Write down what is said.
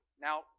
Now